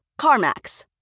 CarMax